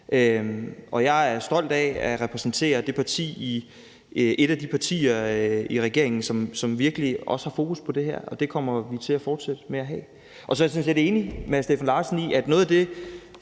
Og jeg er stolt af at repræsentere et af de partier i regeringen, som virkelig også har fokus på det her, og det kommer vi til at fortsætte med at have. Så er jeg sådan set enig med hr. Steffen Larsen i, at noget af det,